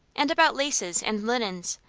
and about laces, and linens.